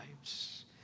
lives